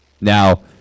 Now